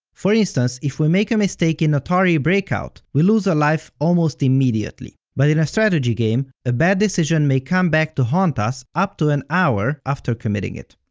for instance, if we make a mistake in atari breakout, we lose a life almost immediately, but in a strategy game, a bad decision may come back to haunt us up to an hour after committing it.